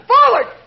Forward